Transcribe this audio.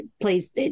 please